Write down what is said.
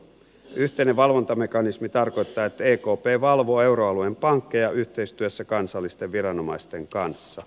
yhteinen valvontamekanismi tarkoittaa että ekp valvoo euroalueen pankkeja yhteistyössä kansallisten viranomaisten kanssa